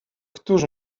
któż